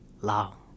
long